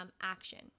action